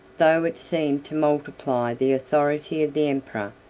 though it seemed to multiply the authority of the emperor,